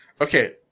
Okay